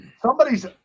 Somebody's